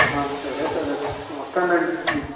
సరే సార్ వస్తానులేండి రాత్రికి